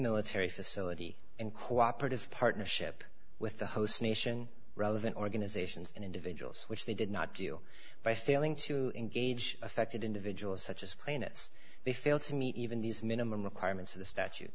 military facility and cooperative partnership with the host nation rather than organizations and individuals which they did not do by failing to engage affected individuals such as plaintiffs they fail to meet even these minimum requirements of the statu